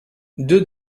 deux